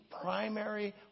primary